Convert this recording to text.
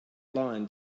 line